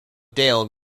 dale